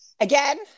again